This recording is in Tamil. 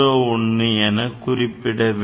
01 எனக் குறிப்பிட வேண்டும்